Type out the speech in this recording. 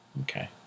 Okay